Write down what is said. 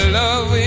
love